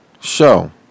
show